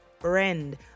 friend